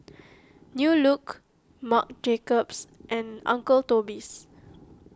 New Look Marc Jacobs and Uncle Toby's